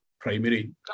primary